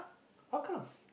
how come